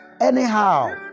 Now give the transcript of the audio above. anyhow